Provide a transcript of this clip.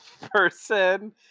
person